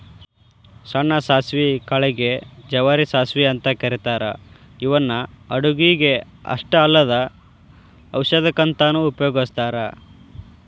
ಸಣ್ಣ ಸಾಸವಿ ಕಾಳಿಗೆ ಗೆ ಜವಾರಿ ಸಾಸವಿ ಅಂತ ಕರೇತಾರ ಇವನ್ನ ಅಡುಗಿಗೆ ಅಷ್ಟ ಅಲ್ಲದ ಔಷಧಕ್ಕಂತನು ಉಪಯೋಗಸ್ತಾರ